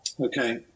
Okay